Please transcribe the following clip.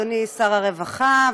אדוני שר הרווחה,